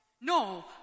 no